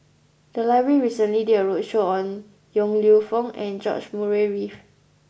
the library recently did a roadshow on Yong Lew Foong and George Murray Reith